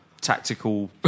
tactical